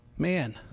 man